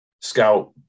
scout